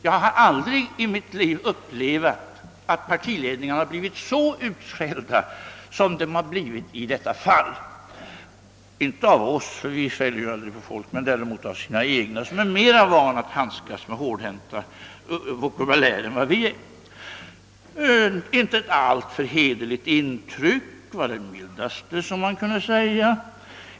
Jag har aldrig i mitt liv upplevat att partiledningar har blivit så utskällda som i detta fall — inte av oss, ty vi skäller aldrig på folk, men däremot av sina egna, som är mera vana att handskas med en hårdhänt vokabulär än vi. »Inte ett alltför hederligt intryck», var det mildaste man hade att säga.